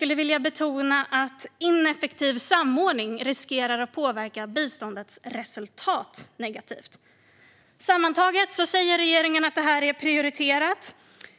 Låt mig betona att ineffektiv samordning riskerar att påverka biståndets resultat negativt. Sammantaget säger regeringen att detta är prioriterat.